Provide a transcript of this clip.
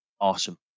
awesome